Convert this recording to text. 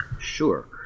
Sure